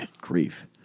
Grief